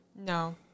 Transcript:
No